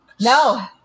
No